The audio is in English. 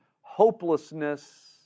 hopelessness